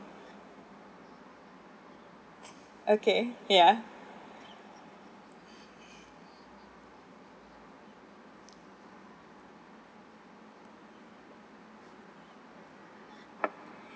okay ya